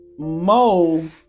Mo